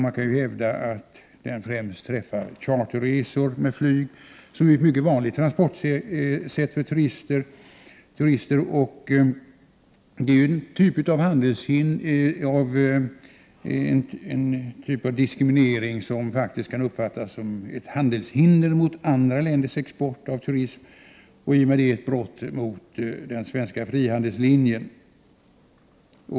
Man kan hävda att skatten främst träffar charterresor med flyg, vilket är ett mycket vanligt transportsätt för turister. Detta är en typ av diskriminering som faktiskt kan uppfattas som ett handelshinder mot andra länders export av turism och i och med detta ett brott mot den svenska frihandelslinjen.